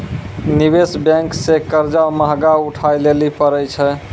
निवेश बेंक से कर्जा महगा उठाय लेली परै छै